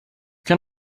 can